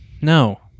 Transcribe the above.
no